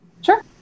Sure